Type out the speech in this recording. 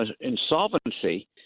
insolvency